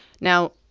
Now